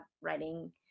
writing